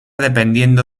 dependiendo